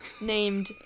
named